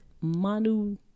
Manu